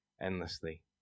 endlessly